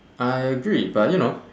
I agree but you know